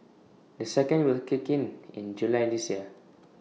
the second will kick in in July this year